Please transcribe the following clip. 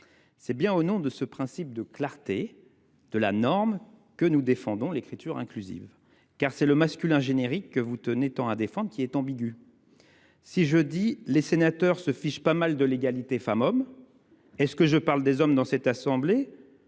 C’est précisément au nom du principe de clarté de la norme que nous défendons l’écriture inclusive. Monsieur le rapporteur, c’est bien le masculin générique, que vous tenez tant à défendre, qui est ambigu. Si je dis :« Les sénateurs se fichent pas mal de l’égalité femmes hommes », est ce que je parle des hommes de cette assemblée